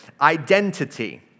identity